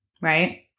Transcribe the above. Right